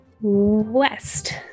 West